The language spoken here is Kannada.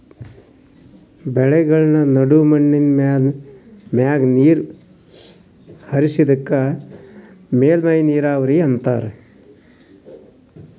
ಬೆಳೆಗಳ್ಮ ನಡು ಮಣ್ಣಿನ್ ಮೇಲ್ಮೈ ಮ್ಯಾಗ ನೀರ್ ಹರಿಸದಕ್ಕ ಮೇಲ್ಮೈ ನೀರಾವರಿ ಅಂತಾರಾ